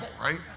right